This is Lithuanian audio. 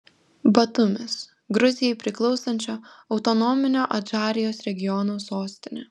batumis gruzijai priklausančio autonominio adžarijos regiono sostinė